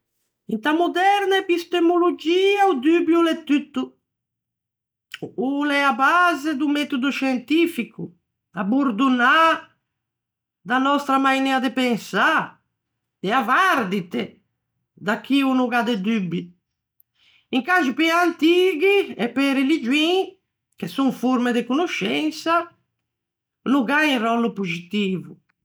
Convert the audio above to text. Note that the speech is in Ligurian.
Inta moderna epistemologia, o dubio o l'é tutto. O l'é a base do metodo scientifico, a bordonnâ da nòstra mainea de pensâ, e avvardite da chi no gh'à de dubbi. Incangio pe-i antighi, e pe-e religioin, che son forme de conoscensa, no gh'à un ròllo poxitivo.